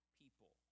people